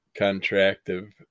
contractive